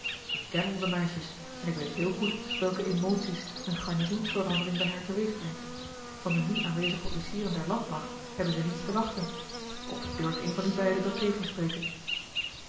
ik ken onze meisjes en ik weet heel goed welke emoties eene garnizoensverandering bij haar teweegbrengt van de nu aanwezige officieren der landmacht hebben ze niets te wachten of durft een van u beiden dat tegenspreken